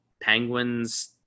penguins